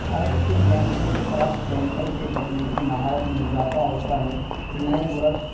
ہر مشکل پینٹنگ کے ساتھ پینٹر تکنیکی مہارت میں اضافہ ہوتا ہے نئے برش